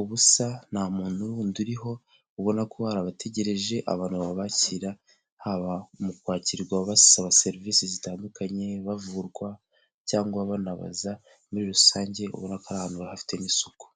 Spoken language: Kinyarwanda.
ubusa nta muntu wundi uriho, ubona ko hari abategereje abantu babakira, haba mu kwakirwa basaba serivisi zitandukanye, bavurwa cyangwa banabaza muri rusange ubona ko ari ahantu baha hafite n'isuku.